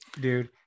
dude